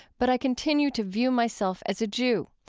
but i continue to view myself as a jew.